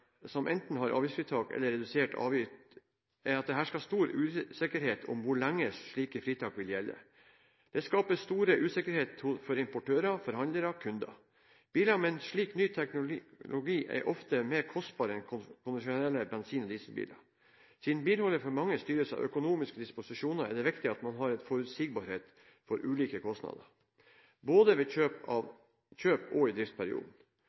det hersker stor usikkerhet om hvor lenge slike fritak vil gjelde. Det skaper stor usikkerhet for importører, forhandlere og kunder. Biler med en slik ny teknologi er ofte mer kostbare enn konvensjonelle bensin- og dieselbiler. Siden bilholdet for mange styres av økonomiske disposisjoner, er det viktig at man har forutsigbarhet for ulike kostnader både ved kjøp og i driftsperioden.